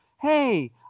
Hey